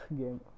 game